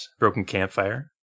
brokencampfire